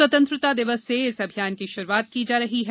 स्वतंत्रता दिवस से इस अभियान की शुरूआत की जा रही है